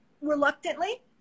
reluctantly